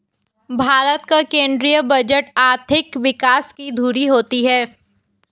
भारत का केंद्रीय बजट आर्थिक विकास की धूरी होती है